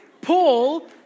Paul